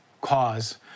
cause